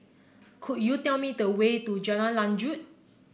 could you tell me the way to Jalan Lanjut